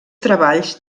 treballs